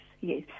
yes